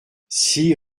six